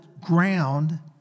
ground